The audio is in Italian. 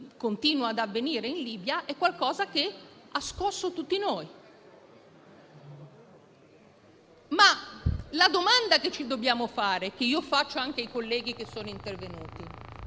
continua ad avvenire, è qualcosa che ha scosso tutti noi. Ma la domanda che ci dobbiamo porre e che io rivolgo anche ai colleghi che sono intervenuti